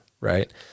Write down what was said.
right